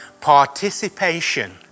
participation